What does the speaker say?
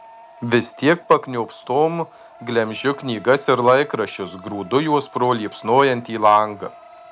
vis tiek pakniopstom glemžiu knygas ir laikraščius grūdu juos pro liepsnojantį langą